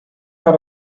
out